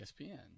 ESPN